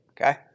okay